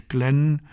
Glen